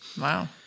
Wow